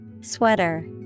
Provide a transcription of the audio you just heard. Sweater